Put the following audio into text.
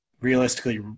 realistically